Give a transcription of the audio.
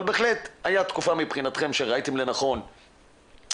אבל בהחלט הייתה מבחינתכם תקופה בה ראיתם לנכון לאסור